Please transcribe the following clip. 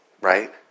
Right